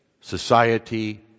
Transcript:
society